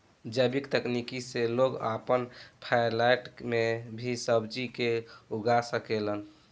जैविक तकनीक से लोग आपन फ्लैट में भी सब्जी के उगा सकेलन